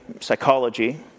psychology